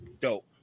Dope